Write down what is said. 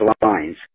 lines